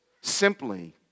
simply